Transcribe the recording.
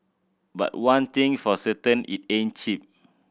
but one thing for certain it ain't cheap